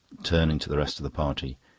turning to the rest of the party.